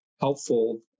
helpful